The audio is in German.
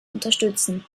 unterstützen